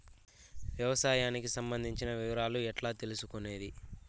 వ్యవసాయానికి సంబంధించిన వివరాలు ఎట్లా తెలుసుకొనేది?